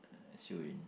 uh soon